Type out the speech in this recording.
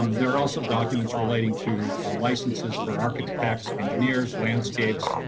there are also documents relating to a licenses for architects engineers landscape.